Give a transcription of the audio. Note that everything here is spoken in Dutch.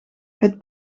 het